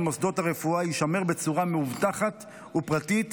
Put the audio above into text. מוסדות הרפואה יישמר בצורה מאובטחת ופרטית,